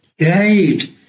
Right